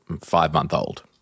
five-month-old